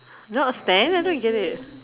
don't understand I thought you get it